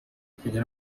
kugira